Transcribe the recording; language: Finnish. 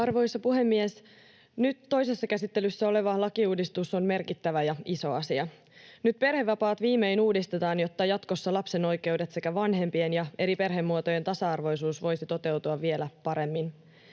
Arvoisa puhemies! Nyt toisessa käsittelyssä oleva lakiuudistus on merkittävä ja iso asia. Nyt perhevapaat viimein uudistetaan, jotta jatkossa lapsen oikeudet sekä vanhempien ja eri perhemuotojen tasa-arvoisuus voisivat toteutua vielä paremmin.